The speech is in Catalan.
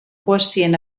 quocient